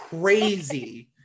crazy